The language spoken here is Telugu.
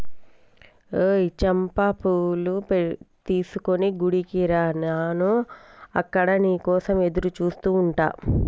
ఓయ్ చంపా పూలు తీసుకొని గుడికి రా నాను అక్కడ నీ కోసం ఎదురుచూస్తు ఉంటా